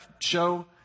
show